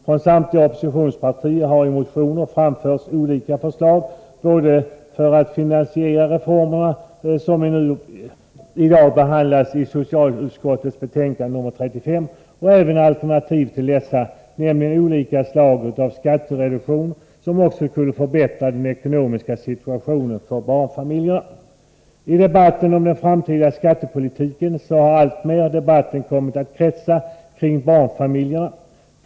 Från samtliga oppositionspartier har i motioner framförts olika förslag för att finansiera reformer som nu i dag behandlas i socialutskottets betänkande nr 35 och även alternativ till dessa, nämligen olika slag av skattereduktioner som också skulle förbättra den ekonomiska situationen för barnfamiljerna. Debatten om den framtida skattepolitiken har alltmer kommit att kretsa kring barnfamiljerna.